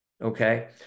okay